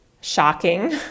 shocking